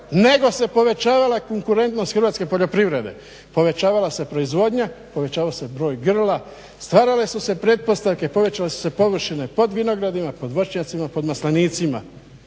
nego se povećavala konkurentnost hrvatske poljoprivrede, povećavale se proizvodnja, povećavao se broj grla, stvarale su se pretpostavke, povećale su se površine pod vinogradima, pod voćnjacima, pod maslinicima.